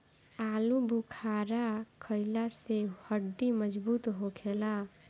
आलूबुखारा खइला से हड्डी मजबूत होखेला